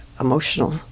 emotional